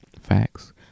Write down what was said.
facts